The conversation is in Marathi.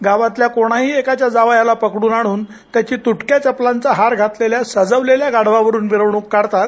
गावातल्या कोणाही एकाच्या जावयाला पकडून आणून त्याची तुटक्या चपलांचा हार घातलेल्या सजविलेल्या गाढवावरून मिरवणूक काढतात